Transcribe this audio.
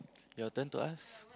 your turn to ask